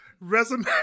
resume